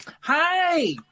Hi